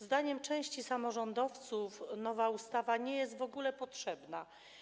Zdaniem części samorządowców nowa ustawa nie jest w ogóle potrzebna.